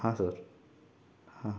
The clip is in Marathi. हां सर हां